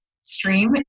stream